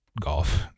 golf